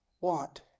want